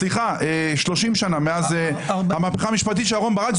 סליחה, 30 שנים מאז המהפכה המשפטית של אהרון ברק.